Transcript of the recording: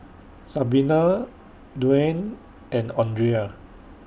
Sabina Duane and Andrea